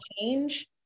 change